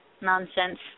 nonsense